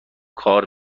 کار